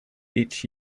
each